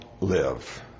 live